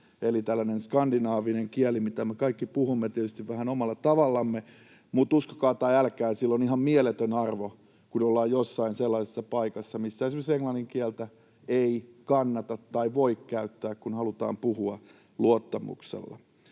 eli tällainen skandinaavinen kieli — mitä me kaikki puhumme tietysti vähän omalla tavallamme — mutta uskokaa tai älkää, sillä on ihan mieletön arvo, kun ollaan jossain sellaisessa paikassa, missä esimerkin englannin kieltä ei kannata tai voi käyttää, kun halutaan puhua luottamuksella.